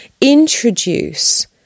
introduce